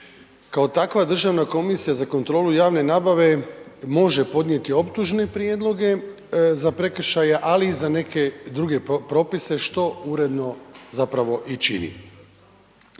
Kao takva Državna komisija za kontrolu javne nabave može podnijeti optužne prijedloge za prekršaje, ali i za neke druge propise što uredno zapravo i čini.